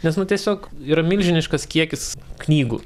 nes nu tiesiog yra milžiniškas kiekis knygų